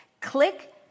click